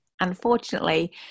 unfortunately